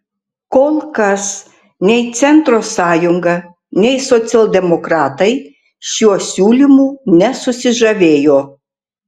kol kas nei centro sąjunga nei socialdemokratai šiuo siūlymu nesusižavėjo